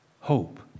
hope